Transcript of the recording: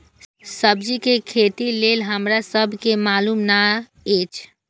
सब्जी के खेती लेल हमरा सब के मालुम न एछ?